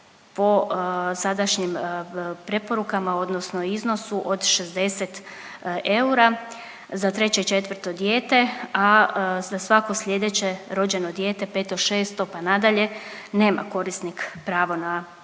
po sadašnjim preporukama, odnosno iznosu od 60 eura za treće i četvrto dijete, a za svako sljedeće rođeno dijete peto, šesto pa nadalje nema korisnik pravo na